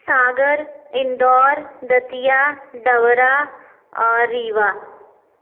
सागर इंदौर दतिया डबरा और रीवा